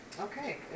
Okay